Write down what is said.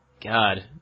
God